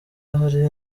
ahari